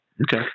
Okay